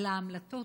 את ההמלטות